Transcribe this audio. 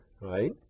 right